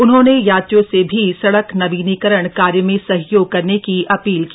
उन्होंने यात्रियों से भी सड़क नवीनीकरण कार्य में सहयोग करने की अपील की